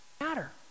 matter